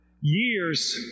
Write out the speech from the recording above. Years